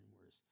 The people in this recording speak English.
worse